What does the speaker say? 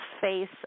face